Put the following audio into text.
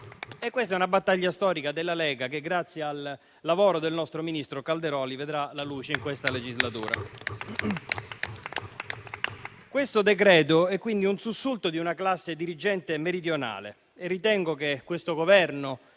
Questa è una battaglia storica della Lega che grazie al lavoro del nostro ministro Calderoli, vedrà la luce in questa legislatura. Questo decreto è quindi il sussulto di una classe dirigente meridionale e ritengo che questo Governo,